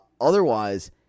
Otherwise